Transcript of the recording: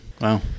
Wow